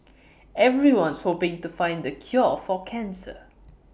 everyone's hoping to find the cure for cancer